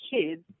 kids